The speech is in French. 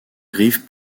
griefs